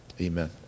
Amen